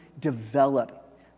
develop